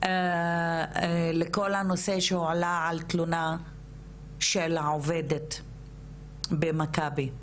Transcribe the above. לכל הנושא שהועלה על תלונה של העובדת במכבי.